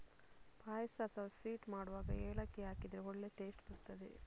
ಪಾಯಸ ಅಥವಾ ಸ್ವೀಟ್ ಮಾಡುವಾಗ ಏಲಕ್ಕಿ ಹಾಕಿದ್ರೆ ಒಳ್ಳೇ ಟೇಸ್ಟ್ ಬರ್ತದೆ